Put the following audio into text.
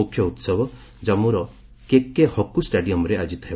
ମୁଖ୍ୟ ଉତ୍ସବ ଜାମ୍ମୁର କେକେ ହକ୍କ ଷ୍ଟାଡିୟମ୍ରେ ଆୟୋଜିତ ହେବ